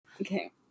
Okay